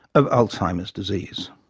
of alzheimer's disease.